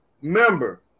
member